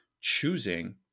choosing